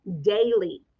daily